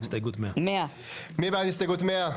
הסתייגות 100. מי בעד הסתייגות 100?